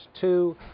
Two